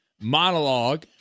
monologue